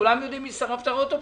כולם יודעים מי שרף את האוטובוס.